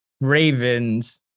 Ravens